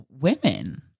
women